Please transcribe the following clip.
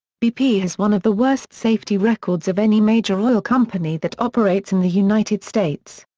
bp has one of the worst safety records of any major oil company that operates in the united states.